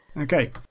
Okay